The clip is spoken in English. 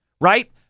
right